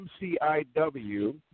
MCIW